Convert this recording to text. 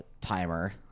timer